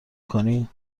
کنی